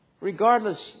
Regardless